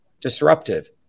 disruptive